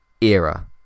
Era